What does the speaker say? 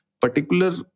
particular